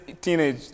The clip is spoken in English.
teenage